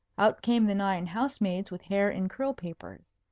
out came the nine house-maids with hair in curl-papers.